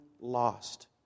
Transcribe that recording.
lost